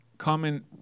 common